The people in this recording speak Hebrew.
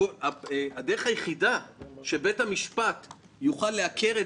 הדרך היחידה שבית המשפט יוכל לעקר את